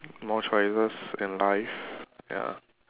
more choices in life ya